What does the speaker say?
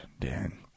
Dan